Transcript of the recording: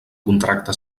contracte